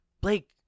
Blake